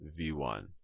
v1